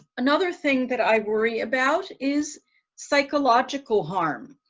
another thing that i worry about is psychological harm.